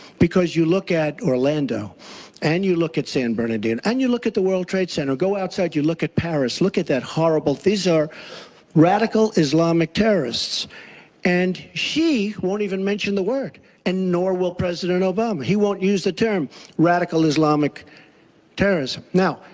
because you look at orlando and you look at san bernardino and you look at the world trade center. go outside and you look at paris, look at that horrible thing. these are radical islamic terrorists and she won't even mention the word and nor will president obama. he won't use the term radical islamic terrorist, no.